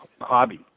hobby